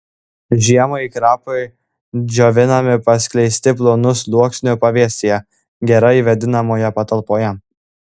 žiemai krapai džiovinami paskleisti plonu sluoksniu pavėsyje gerai vėdinamoje patalpoje